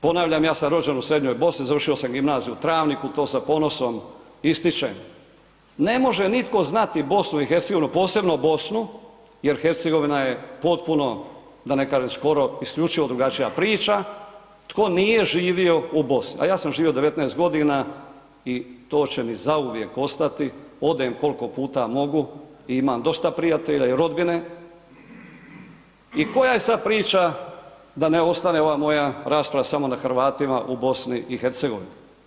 Ponavljam, ja sam rođen u Srednjoj Bosni, završio sam gimnaziju u Travniku, to sa ponosom ističem, ne može nitko znati BiH, posebno Bosnu jer Hercegovina je potpuno, da ne kažem, skoro isključivo drugačija priča, tko nije živio u Bosni, a ja sam živio 19.g. i to će mi zauvijek ostati, odem koliko puta mogu i imam dosta prijatelja i rodbine i koja je sad priča da ne ostane ova moja rasprava samo na Hrvatima u BiH?